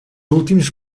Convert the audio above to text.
últims